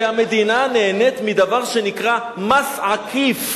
כי המדינה נהנית מדבר שנקרא מס עקיף,